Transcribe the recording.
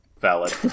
Valid